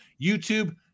YouTube